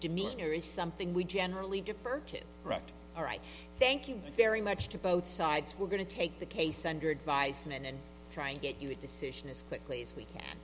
demeanor is something we generally defer to correct all right thank you very much to both sides we're going to take the case under advisement and try and get you a decision as quickly as we can